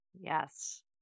Yes